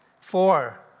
Four